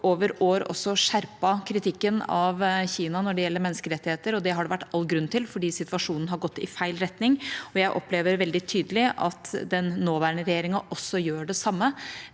har over år også skjerpet kritikken av Kina når det gjelder menneskerettigheter, og det har det vært all grunn til, for situasjonen har gått i feil retning. Jeg opplever veldig tydelig at den nåværende regjeringa også gjør det samme,